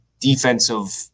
defensive